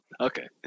Okay